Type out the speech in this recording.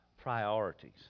priorities